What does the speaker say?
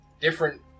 different